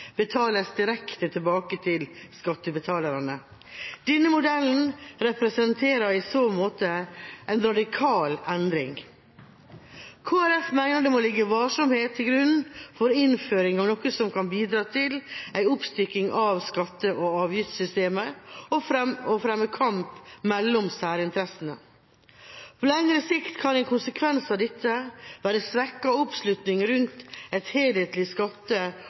betales direkte tilbake til skattebetalerne. Denne modellen representerer i så måte en radikal endring. Kristelig Folkeparti mener det må ligge varsomhet til grunn for innføring av noe som kan bidra til en oppstykking av skatte- og avgiftssystemet og fremme kamp mellom særinteresser. På lengre sikt kan en konsekvens av dette være svekket oppslutning rundt et helhetlig skatte-